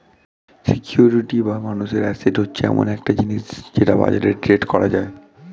security বা মানুষের asset হচ্ছে এমন একটা জিনিস যেটা বাজারে ট্রেড করা যায়